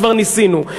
כבר ניסינו,